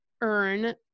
earn